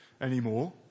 anymore